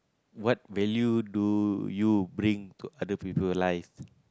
what value do you bring to other people life